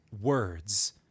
words